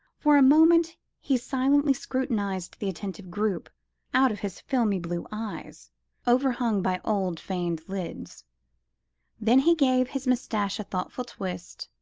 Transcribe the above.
for a moment he silently scrutinised the attentive group out of his filmy blue eyes overhung by old veined lids then he gave his moustache a thoughtful twist,